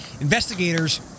investigators